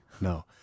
no